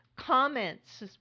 comments